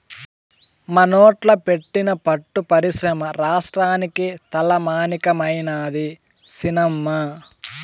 మనోట్ల పెట్టిన పట్టు పరిశ్రమ రాష్ట్రానికే తలమానికమైనాది సినమ్మా